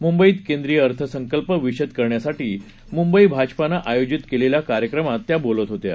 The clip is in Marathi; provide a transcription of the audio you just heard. मुंबईतकेंद्रीयअर्थसंकल्पविषदकरण्यासाठीमुंबईभाजपानंआयोजितकेलेल्याकार्यक्रमातत्याबोलतहोत्या